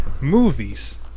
movies